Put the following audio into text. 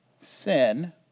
sin